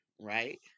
right